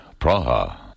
Praha